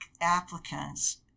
applicants